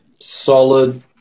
solid